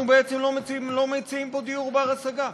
אנחנו בעצם לא מציעים פה דיור בר-השגה.